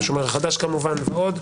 עם השומר החדש כמובן ועוד.